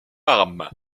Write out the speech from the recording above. arme